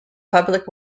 public